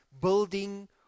building